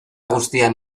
guztian